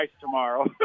tomorrow